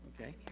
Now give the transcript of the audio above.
Okay